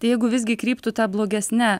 jeigu visgi kryptų ta blogesne